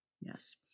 Yes